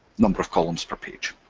number of columns per page.